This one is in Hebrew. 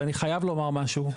ואני חייב לומר משהו,